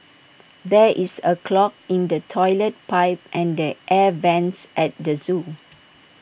there is A clog in the Toilet Pipe and the air Vents at the Zoo